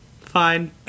Fine